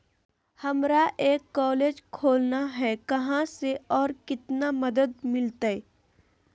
हमरा एक कॉलेज खोलना है, कहा से और कितना मदद मिलतैय?